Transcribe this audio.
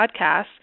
podcast